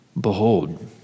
Behold